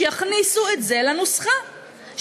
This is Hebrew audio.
שיכניסו את זה לנוסחה,